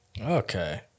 Okay